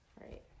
Right